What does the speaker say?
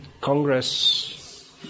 Congress